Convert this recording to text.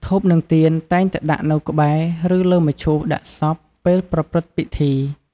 ធូប និងទៀនតែងតែដាក់នៅក្បែរ ឬលើមឈូសដាក់សពពេលប្រព្រឹត្តិពិធី។